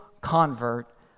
convert